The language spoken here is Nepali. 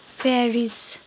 पेरिस